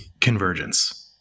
convergence